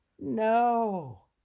No